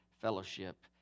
fellowship